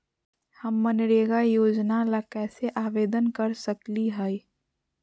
हम मनरेगा योजना ला कैसे आवेदन कर सकली हई?